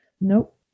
Nope